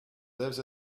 lives